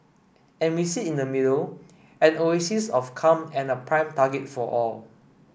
and we sit in the middle an oasis of calm and a prime target for all